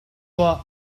tuah